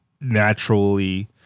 naturally